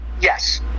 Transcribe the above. Yes